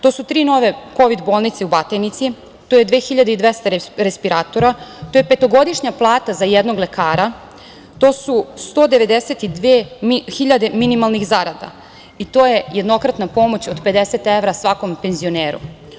To su tri nove kovid bolnice u Batajnici, to je 2.200 respiratora, to je petogodišnja plata za jednog lekara, to su 192 hiljade minimalnih zarada i to je jednokratna pomoć od 50 evra svakom penzioneru.